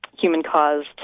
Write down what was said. human-caused